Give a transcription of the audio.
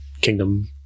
kingdom